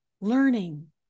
learning